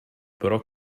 però